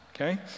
Okay